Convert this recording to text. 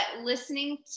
listening